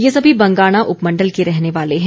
ये सभी बंगाणा उपमंडल के रहने वाले हैं